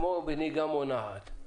תעשו כמו בנהיגה מונעת.